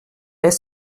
est